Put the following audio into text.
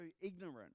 ignorant